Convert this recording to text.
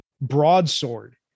broadsword